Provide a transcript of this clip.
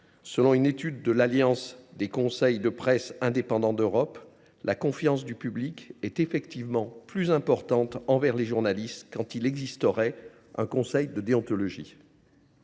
Selon une étude de l’Alliance des conseils de presse indépendants d’Europe (AIPCE), la confiance du public est en effet « plus importante envers les journalistes quand il existerait un conseil de déontologie